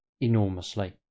enormously